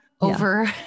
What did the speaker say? over